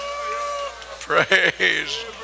Praise